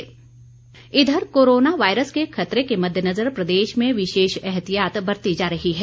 एहतियात इधर corona virus के खतरे के मद्देनजर प्रदेश में विशेष एहतियात बरती जा रही है